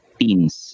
teens